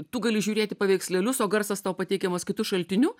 tu gali žiūrėti paveikslėlius o garsas tau pateikiamas kitu šaltiniu